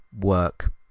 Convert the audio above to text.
work